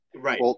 Right